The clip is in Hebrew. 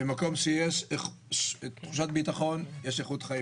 במקום שיש תחושת ביטחון, יש איכות חיים.